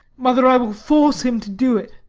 mother, i will force him to do it.